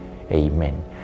Amen